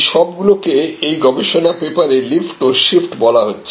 এইসব গুলিকে এই গবেষণা পেপারে লিফট ও শিফট বলা হয়েছে